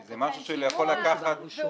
זה משהו שיכול לקחת.